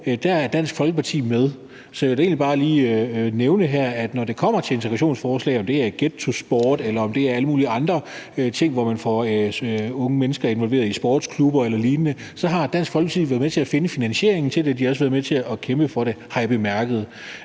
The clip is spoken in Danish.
år, er Dansk Folkeparti med. Så jeg vil egentlig bare lige nævne her, at når det kommer til integrationsforslag – om det så er Get2Sport, eller om det er alle mulige andre ting, hvor man får unge mennesker involveret i sportsklubber eller lignende – så har Dansk Folkeparti været med til at finde finansieringen til det, og de har også været med til at kæmpe for det, har jeg bemærket.